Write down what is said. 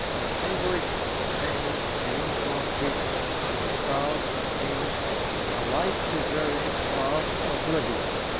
distinguished the tame and uniform features of a crowd of kings alike deserving of oblivion.